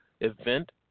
event